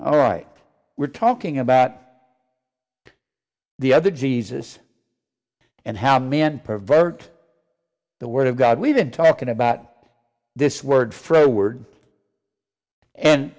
all right we're talking about the other jesus and how man pervert the word of god we've been talking about this word for word and